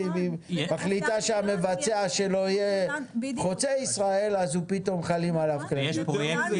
ואם מחליטה שהמבצע שלו יהיה חוצה ישראל אז פתאום חלים עליו כללים.